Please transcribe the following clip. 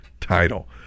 title